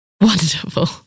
Wonderful